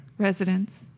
Residents